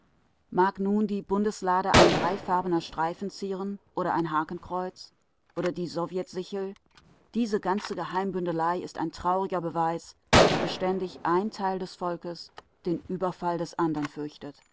mag nun die bundeslade ein dreifarbener streifen zieren oder ein hakenkreuz oder die sowjetsichel diese ganze geheimbündelei ist ein trauriger beweis daß beständig ein teil des volkes den überfall des anderen fürchtet